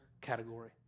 category